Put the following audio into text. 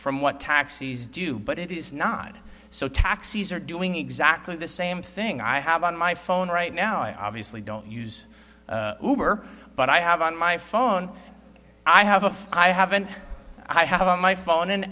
from what taxis do but it is not so taxis are doing exactly the same thing i have on my phone right now i obviously don't use but i have on my phone i have a i have an i have on my phone an